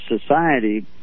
society